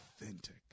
authentic